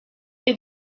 est